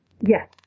Yes